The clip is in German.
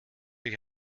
ich